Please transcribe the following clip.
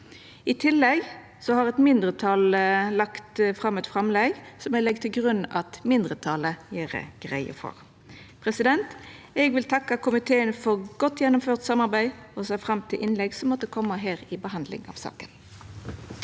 I tillegg har eit mindretal lagt fram eit framlegg som eg legg til grunn at mindretalet gjer greie for. Eg vil takka komiteen for godt gjennomført samarbeid og ser fram til innlegg som måtte koma i behandlinga av saka